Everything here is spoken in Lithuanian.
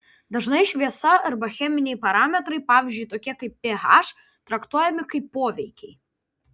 dažnai šviesa arba cheminiai parametrai pavyzdžiui tokie kaip ph traktuojami kaip poveikiai